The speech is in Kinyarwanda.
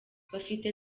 bafite